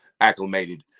acclimated